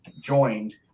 joined